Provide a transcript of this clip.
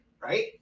Right